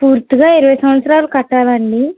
పూర్తిగా ఇరవై సంవత్సరాలు కట్టాలా అండి